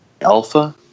alpha